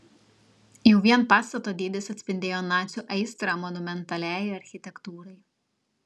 jau vien pastato dydis atspindėjo nacių aistrą monumentaliajai architektūrai